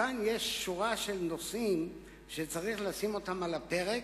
יש כאן שורה של נושאים שצריך להעלות על הפרק,